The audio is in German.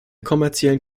kommerziellen